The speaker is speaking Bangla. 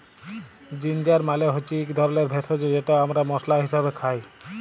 জিনজার মালে হচ্যে ইক ধরলের ভেষজ যেট আমরা মশলা হিসাবে খাই